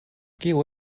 kiu